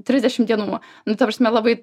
trisdešimt dienų nu ta prasme labai